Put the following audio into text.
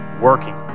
working